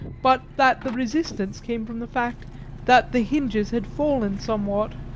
but that the resistance came from the fact that the hinges had fallen somewhat,